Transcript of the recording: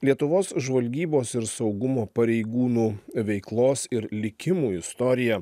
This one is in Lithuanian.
lietuvos žvalgybos ir saugumo pareigūnų veiklos ir likimų istorija